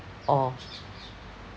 or